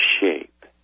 shape